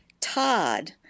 Todd